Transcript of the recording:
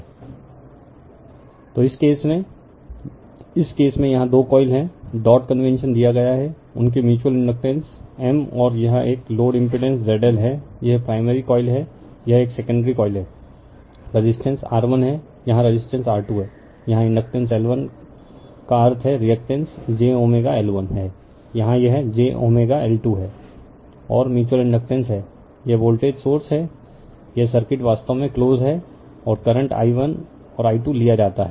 refer slide time 0027 तो इस case में इस केस में यहाँ दो कॉइल हैं डॉट कन्वेंशन दिया गया हैं उनके म्यूच्यूअल इंडकटेंस M और यह एक लोड इम्पिड़ेंस ZL है यह प्राइमरी कॉइल है यह एक सेकेंडरी कॉइल है रेजिस्टेंस R1 है यहाँ रेजिस्टेंस R2 है यहाँ इंडकटेंस L1 का अर्थ है रिअक्टेंस j L1 है यहाँ यह j L2 और म्यूच्यूअल इंडकटेंस है यह वोल्टेज सोर्स है यह सर्किट वास्तव में क्लोज है और करंट i1 और i2 लिया जाता है